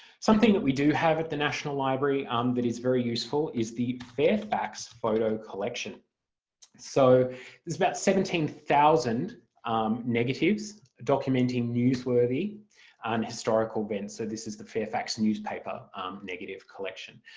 something that we do have at the national library um that is very useful is the fairfax photo collection so there's about seventeen thousand um negatives documenting newsworthy and historical events so this is the fairfax newspaper negative collection.